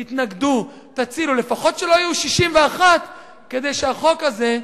תתנגדו, תצילו, לפחות שלא יהיו 61. החוק הזה,